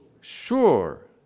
Sure